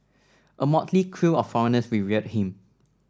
a motley crew of foreigners revered him